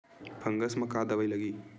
Fungus म का दवाई लगी?